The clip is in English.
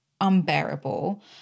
unbearable